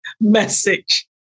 message